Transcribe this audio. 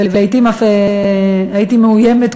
ולעתים אף הייתי מאוימת,